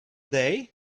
day